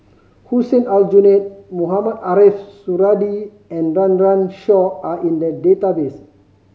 Hussein Aljunied Mohamed Ariff Suradi and Run Run Shaw are in the database